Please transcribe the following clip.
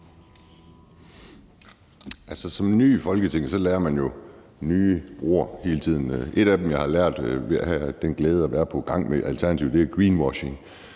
Som ny i Folketinget lærer man jo nye ord hele tiden, og et af dem, jeg har lært ved at have den glæde at være på samme gang som Alternativet, er greenwashing.